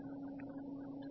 വ്യക്തിഗത ജോലി